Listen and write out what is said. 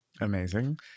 Amazing